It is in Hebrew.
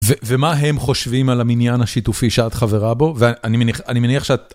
ומה הם חושבים על המניין השיתופי שאת חברה בו? ואני מניח שאת...